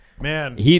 Man